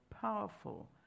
powerful